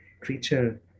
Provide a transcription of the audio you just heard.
creature